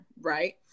right